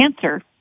cancer